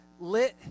lit